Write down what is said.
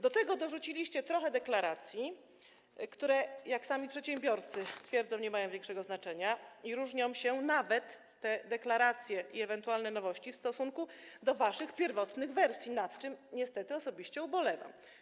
Do tego dorzuciliście trochę deklaracji, które jak sami przedsiębiorcy twierdzą, nie mają większego znaczenia i różnią się, nawet te deklaracje i ewentualne nowości, od waszych pierwotnych wersji, nad czym niestety osobiście ubolewam.